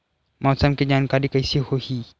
मौसम के जानकारी कइसे होही?